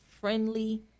friendly